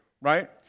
right